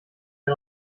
dir